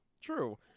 True